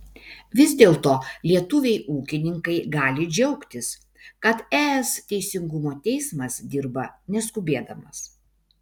vis dėlto lietuviai ūkininkai gali džiaugtis kad es teisingumo teismas dirba neskubėdamas